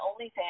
OnlyFans